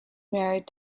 married